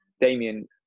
damien